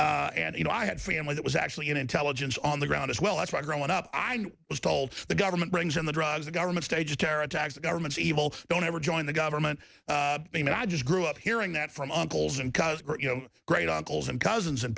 off and you know i had family that was actually in intelligence on the ground as well as my growing up i was told the government brings in the drugs the government staged terror attacks the government's evil don't ever join the government i mean i just grew up hearing that from uncles and you know great uncles and cousins and